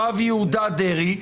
הרב יהודה דרעי,